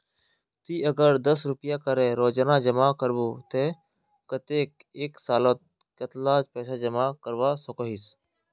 ती अगर दस रुपया करे रोजाना जमा करबो ते कतेक एक सालोत कतेला पैसा जमा करवा सकोहिस?